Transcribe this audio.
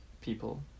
people